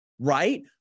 right